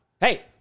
hey